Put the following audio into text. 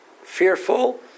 fearful